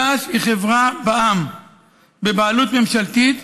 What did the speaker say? תע"ש היא חברה בע"מ בבעלות ממשלתית